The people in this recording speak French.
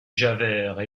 javert